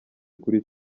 kuri